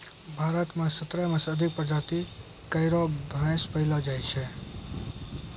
भारत म सत्रह सें अधिक प्रजाति केरो भैंस पैलो जाय छै